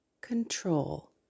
control